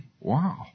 wow